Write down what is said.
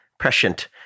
Prescient